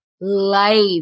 life